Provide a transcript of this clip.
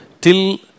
Till